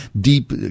deep